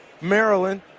Maryland